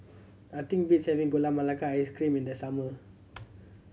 nothing beats having Gula Melaka Ice Cream in the summer